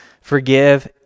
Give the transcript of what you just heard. forgive